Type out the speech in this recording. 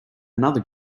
another